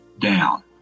down